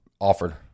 offered